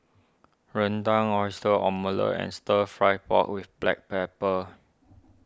Rendang Oyster Omelette and Stir Fry Pork with Black Pepper